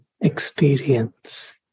experience